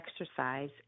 exercise